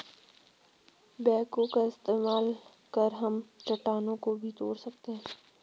backhoe का इस्तेमाल कर हम चट्टानों को भी तोड़ सकते हैं